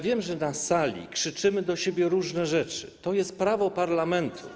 Wiem, że na sali krzyczymy do siebie różne rzeczy, to jest prawo parlamentu.